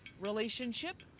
relationship?